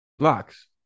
Locks